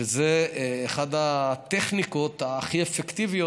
וזו אחת הטכניקות הכי אפקטיביות,